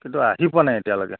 কিন্তু আহি পোৱা নাই এতিয়ালৈকে